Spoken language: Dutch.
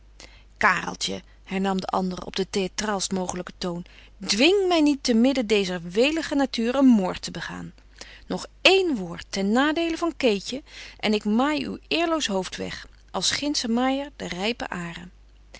kareltje hernam de andere op den theatraalst mogelijken toon dwing mij niet te midden dezer welige natuur een moord te begaan nog één woord ten nadeele van keetje en ik maai uw eerloos hoofd weg als gindsche maaier de rijpe aren